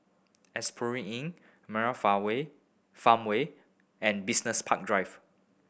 Asphodel Inn Murai Farmway and Business Park Drive